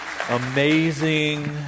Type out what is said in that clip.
amazing